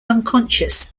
unconscious